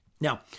Now